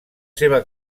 seva